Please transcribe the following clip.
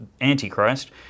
Antichrist